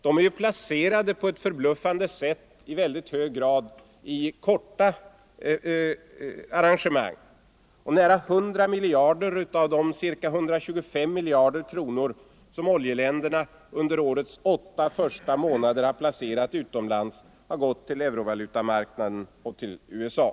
De är, på ett förbluffande sätt, i hög grad placerade i väldigt korta arrangemang, och nära 100 miljarder av de ca 125 miljarder kronor som oljeländerna under årets åtta första månader placerat utomlands har gått till eurovalutamarknaden och till USA.